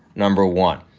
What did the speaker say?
number one.